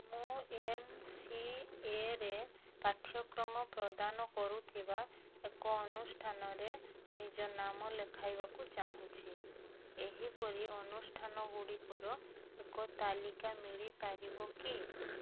ମୁଁ ଏମ୍ସିଏରେ ପାଠ୍ୟକ୍ରମ ପ୍ରଦାନ କରୁଥିବା ଏକ ଅନୁଷ୍ଠାନରେ ନିଜ ନାମ ଲେଖାଇବାକୁ ଚାହୁଁଛି ଏହିପରି ଅନୁଷ୍ଠାନଗୁଡ଼ିକର ଏକ ତାଲିକା ମିଳିପାରିବ କି